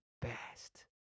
best